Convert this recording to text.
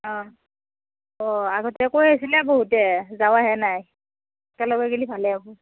অ' ও আগতে কৈ আছিল বহুতে যোৱাহে নাই একেলগে গ'লে ভালেই হ'ব